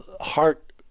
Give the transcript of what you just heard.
heart